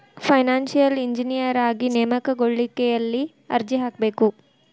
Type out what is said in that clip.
Financial engineer ಆಗಿ ನೇಮಕಗೊಳ್ಳಿಕ್ಕೆ ಯೆಲ್ಲಿ ಅರ್ಜಿಹಾಕ್ಬೇಕು?